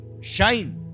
shine